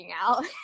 out